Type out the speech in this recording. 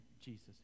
Jesus